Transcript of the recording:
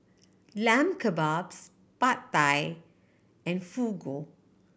Lamb Kebabs Pad Thai and Fugu